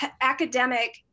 academic